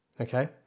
Okay